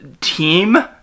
team